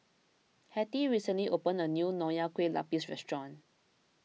Hattie recently opened a new Nonya Kueh Lapis Restaurant